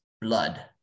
Blood